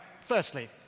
firstly